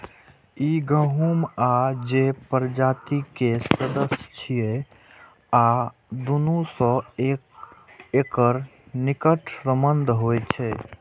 ई गहूम आ जौ प्रजाति के सदस्य छियै आ दुनू सं एकर निकट संबंध होइ छै